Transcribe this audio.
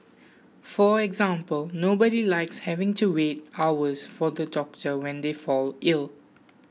for example nobody likes having to wait hours for the doctor when they fall ill